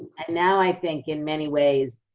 and now i think in many ways,